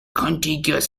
contiguous